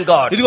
God